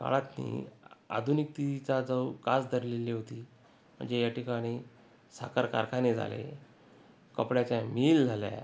काळातून आ आधुनिकतेची जी कास धरलेली होती म्हणजे या ठिकाणी साखर कारखाने झाले कपड्याच्या मिल झाल्या